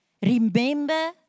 Remember